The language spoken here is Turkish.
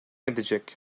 edecek